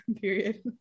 period